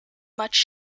much